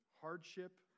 hardship